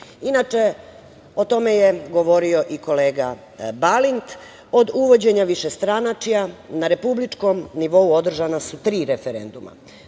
o tome je govorio i kolega Balint, od uvođenja višestranačja, na republičkom nivou održana tri referenduma.